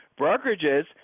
brokerages